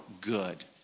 good